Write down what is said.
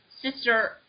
Sister